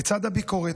לצד הביקורת,